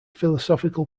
philosophical